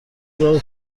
راهو